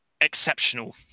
exceptional